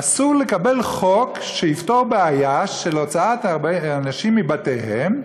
אסור לקבל חוק שיפתור בעיה של הוצאת אנשים מבתיהם,